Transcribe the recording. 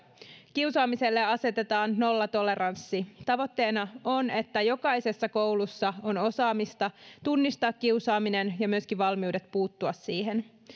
kiusaamiselle asetetaan nollatoleranssi tavoitteena on että jokaisessa koulussa on osaamista tunnistaa kiusaaminen ja myöskin valmiudet puuttua siihen